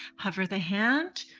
hover the hand,